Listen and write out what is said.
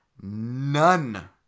None